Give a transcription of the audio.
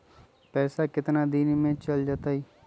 पैसा कितना दिन में चल जतई?